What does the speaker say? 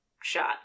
shot